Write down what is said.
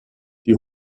die